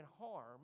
harm